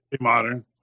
Modern